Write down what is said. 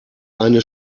eine